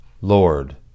Lord